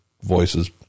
voices